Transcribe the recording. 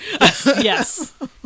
Yes